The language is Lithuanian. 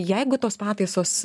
jeigu tos pataisos